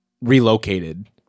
relocated